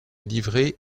livrer